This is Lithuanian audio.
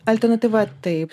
alternatyva taip